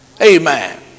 Amen